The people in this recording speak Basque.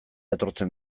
etortzen